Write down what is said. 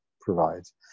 provides